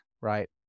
right